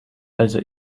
also